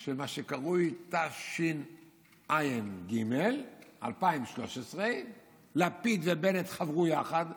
של מה שקרוי תשע"ג, 2013. לפיד ובנט חברו יחד,